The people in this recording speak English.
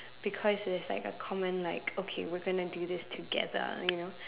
because it's like a common like okay we are going to do this together you know